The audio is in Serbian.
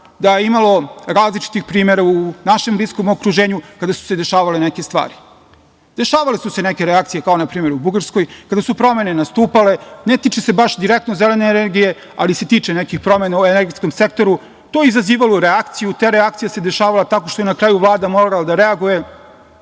da je imalo različitih primera u našem bliskom okruženju kada su se dešavale neke stvari. Dešavale su se neke reakcije kao na primer u Bugarskoj kada su promene nastupale, ne tiče se baš direktno zelene energije, ali se tiče nekih promena u energetskom sektoru. To je izazivalo reakciju, te reakcije su se dešavale tako što je na kraju Vlada morala da reaguje,